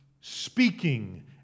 speaking